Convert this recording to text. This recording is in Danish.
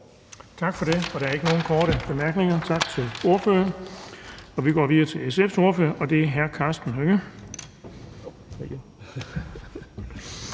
Tak for det. Der er ikke nogen korte bemærkninger. Tak til ordføreren. Vi går videre til SF's ordfører, og det er hr. Karsten Hønge.